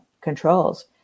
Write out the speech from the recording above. controls